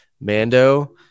Mando